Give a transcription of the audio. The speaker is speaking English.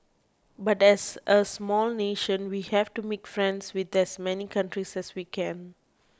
but as a small nation we have to make friends with as many countries as we can